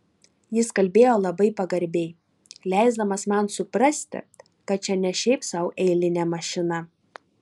jis kalbėjo labai pagarbiai leisdamas man suprasti kad čia ne šiaip sau eilinė mašina